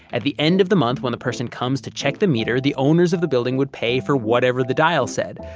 at the end of the month when the person comes to check the meter, the owners of the building would pay for whatever the dial said.